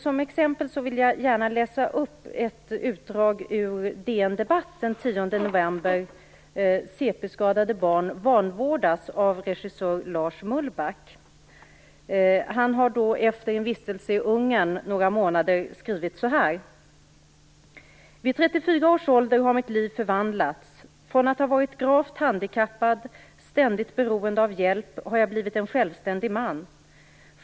Som exempel vill jag gärna läsa upp ett utdrag ur DN Debatt den 10 november, Cp-skadade barn vanvårdas av regissör Lars Mullback. Efter några månaders vistelse i Ungern skriver han så här: "Vid 34 års ålder har mitt liv förvandlats. Från att ha varit gravt handikappad, ständigt beroende av hjälp, har jag blivit en självständig man.